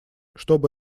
чтобы